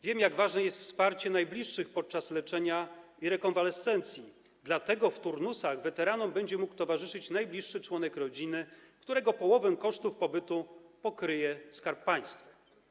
Wiem, jak ważne jest wsparcie najbliższych podczas leczenia i rekonwalescencji, dlatego w turnusach weteranom będzie mógł towarzyszyć najbliższy członek rodziny, którego połowę kosztów pobytu pokryje Skarb Państwa.